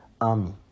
army